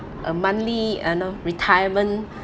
a monthly !hannor! retirement